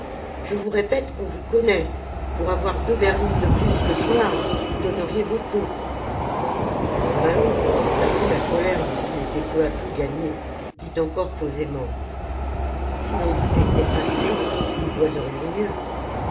je vous répète qu'on vous connaît pour avoir deux berlines de plus le soir vous donneriez vos peaux maheu malgré la colère dont il était peu à peu gagné dit encore posément si l'on nous payait assez nous boiserions mieux